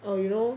oh you know